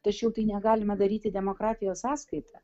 tačiau tai negalima daryti demokratijos sąskaita